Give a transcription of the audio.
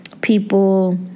people